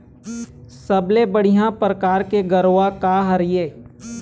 सबले बढ़िया परकार के गरवा का हर ये?